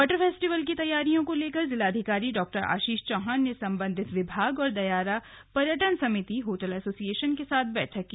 butter festival की तैयारियों को लेकर जिलाधिकारी डाआशीष चौहान ने संबंधित विभाग और दयारा पर्यटन समिति होटल एसोसिएशन के साथ बैठक की